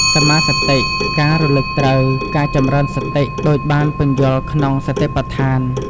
សម្មាសតិ ការរលឹកត្រូវ ការចម្រើនសតិ ដូចបានពន្យល់ក្នុងសតិប្បដ្ឋាន។